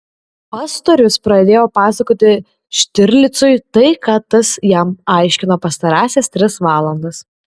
pastorius pradėjo pasakoti štirlicui tai ką tas jam aiškino pastarąsias tris valandas